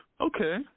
Okay